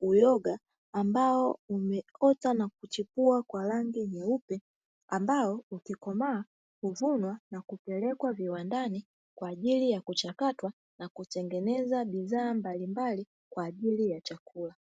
uyoga ambao umeota na kuchipua kwa rangi nyeupe; ambao ukikomaa huvunwa na kupelekwa viwandani kwa ajili ya kuchakatwa na kutengeneza bidhaa mbalimbali kwa ajili ya chakula.